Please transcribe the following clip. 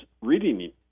reading